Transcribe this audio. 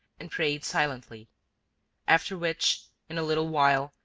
and prayed silently after which, in a little while,